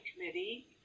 Committee